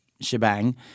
shebang